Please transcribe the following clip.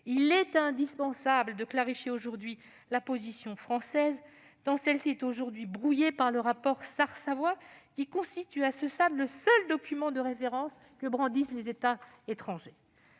Il est indispensable de clarifier la position française, tant celle-ci est aujourd'hui brouillée par le rapport Sarr-Savoy, qui constitue à ce stade le seul document de référence que brandissent les États étrangers.